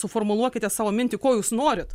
suformuluokite savo mintį ko jūs norit